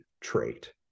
trait